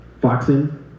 foxing